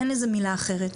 אין לזה מילה אחרת.